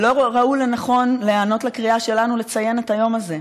לא ראו לנכון להיענות לקריאה שלנו לציין את היום הזה.